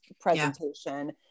presentation